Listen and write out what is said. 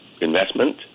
investment